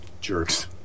jerks